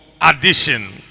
addition